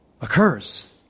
occurs